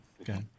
Okay